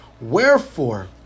Wherefore